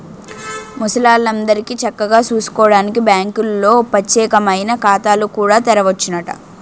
ముసలాల్లందరికీ చక్కగా సూసుకోడానికి బాంకుల్లో పచ్చేకమైన ఖాతాలు కూడా తెరవచ్చునట